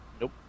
Nope